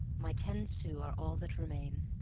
my ten sous are all that remain.